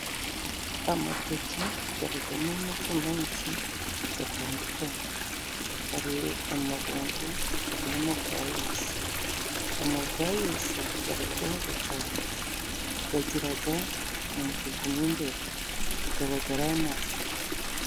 Amateke gabagamo amoko menshi gatandukanye hari amabungu hari n'amabwayisi amabwayisi gararyohaga cane gagiraga umutuku mo imbere gabaga ari amafu.